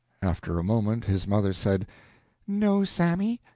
after a moment his mother said no, sammy,